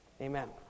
Amen